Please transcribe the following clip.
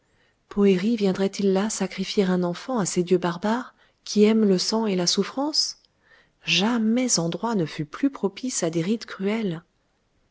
poëri viendrait-il là sacrifier un enfant à ces dieux barbares qui aiment le sang et la souffrance jamais endroit ne fut plus propice à des rites cruels